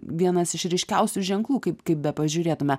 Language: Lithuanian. vienas iš ryškiausių ženklų kaip kaip bepažiūrėtume